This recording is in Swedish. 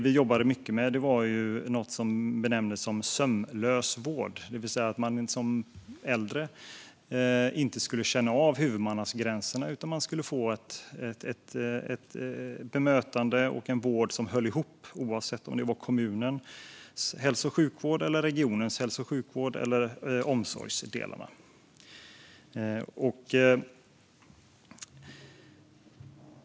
Vi jobbade mycket sömlös vård, alltså att man som äldre inte skulle känna av huvudmannagränserna utan få ett bemötande och en vård som höll ihop oavsett om den utfördes av kommunens hälso och sjukvård, regionens hälso och sjukvård eller omsorgsutövarna.